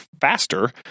faster